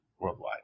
worldwide